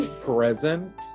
present